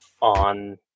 on